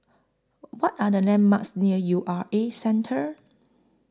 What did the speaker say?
What Are The landmarks near U R A Centre